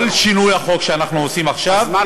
הוא, כל שינוי החוק שאנחנו עושים עכשיו, למה?